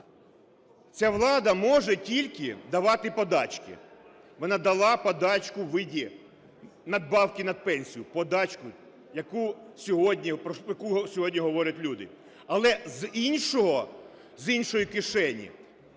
Ця влада може тільки давати подачки. Вона дала подачку у вигляді надбавки на пенсію, подачку, про яку сьогодні говорять люди, але з іншої кишені